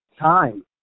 Time